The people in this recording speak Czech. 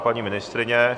Paní ministryně?